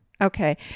Okay